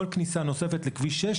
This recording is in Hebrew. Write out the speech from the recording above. כל כניסה נוספת לכביש 6,